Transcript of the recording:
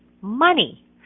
money